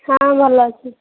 ହଁ ଭଲ ଅଛି